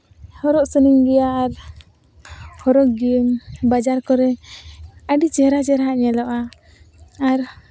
ᱦᱚᱨᱚᱜ ᱥᱟᱱᱟᱹᱧ ᱜᱮᱭᱟ ᱟᱨ ᱦᱚᱨᱚᱜᱽ ᱜᱤᱭᱟᱹᱧ ᱵᱟᱡᱟᱨ ᱠᱚᱨᱮ ᱟᱹᱰᱤ ᱪᱮᱦᱨᱟᱼᱪᱮᱦᱨᱟ ᱧᱮᱞᱚᱜᱼᱟ ᱟᱨ